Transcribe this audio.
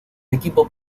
equipo